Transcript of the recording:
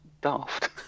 daft